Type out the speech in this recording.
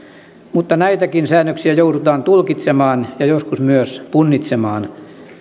mutta näitäkin säännöksiä joudutaan tulkitsemaan ja joskus myös punnitsemaan